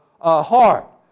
heart